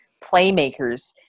playmakers